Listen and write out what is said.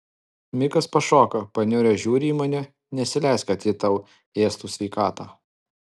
mikas pašoka paniuręs žiūri į mane nesileisk kad ji tau ėstų sveikatą